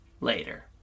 later